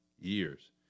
years